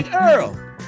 Earl